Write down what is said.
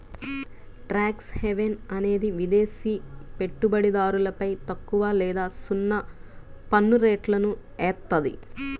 tax haven అనేది విదేశి పెట్టుబడిదారులపై తక్కువ లేదా సున్నా పన్నురేట్లను ఏత్తాది